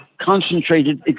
concentrated